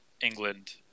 England